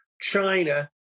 China